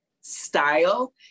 style